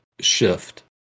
shift